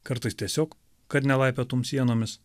kartais tiesiog kad nelaipiotum sienomis